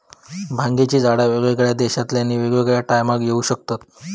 भांगेची झाडा वेगवेगळ्या देशांतल्यानी वेगवेगळ्या टायमाक येऊ शकतत